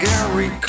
Gary